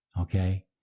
Okay